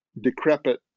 decrepit